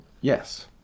Yes